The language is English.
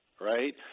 right